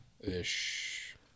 ish